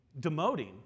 demoting